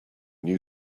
new